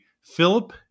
Philip